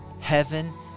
Heaven